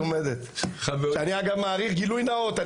הפרקליטות המלומדת שאני אגב מעריך גילוי נאות,